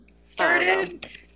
started